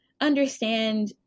understand